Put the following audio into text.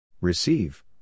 Receive